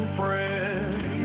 friends